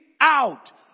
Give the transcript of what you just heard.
out